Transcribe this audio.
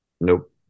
Nope